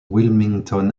wilmington